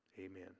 Amen